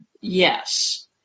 yes